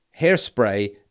hairspray